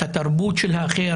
את התרבות של האחר,